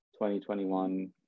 2021